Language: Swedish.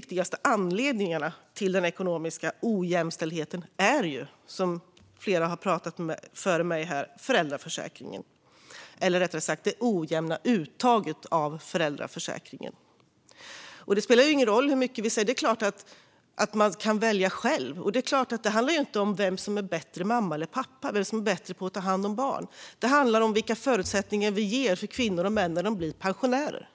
tydligaste anledningarna till den ekonomiska ojämställdheten är föräldraförsäkringen, som flera före mig har pratat om. Rättare sagt handlar det om det ojämna uttaget av föräldraförsäkringen. Det är klart att man kan välja själv, och det handlar inte om vem av mamma och pappa som är bättre på att ta hand om barn. Det handlar i stället om vilka förutsättningar vi ger kvinnor och män när de blir pensionärer.